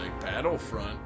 Battlefront